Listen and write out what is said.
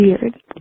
weird